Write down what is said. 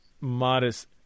modest –